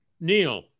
Neil